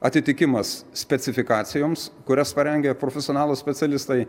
atitikimas specifikacijoms kurias parengė profesionalūs specialistai